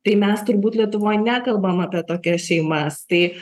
tai mes turbūt lietuvoj nekalbam apie tokias šeimas tai